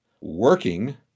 working